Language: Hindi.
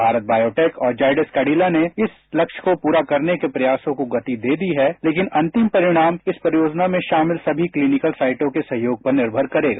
भारत वायोटेक और जाइडस कैंडिला ने इस लक्ष्य को पूरा करनेके प्रयासों को गति दे दी है लेकिन अंतिम परिणाम इस परियोजना में शामिल समी किलनिकलसाइटों के सहयोग पर निर्मर करेगा